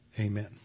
Amen